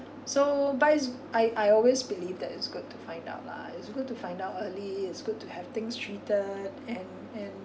so but it's I I always believe that it's good to find out lah it's good to find out early it's good to have things treated and and